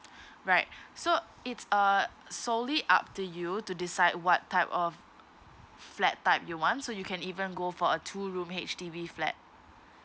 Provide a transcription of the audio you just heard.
right so it's uh solely up to you to decide what type of flat type you want so you can even go for a two room H_D_B flat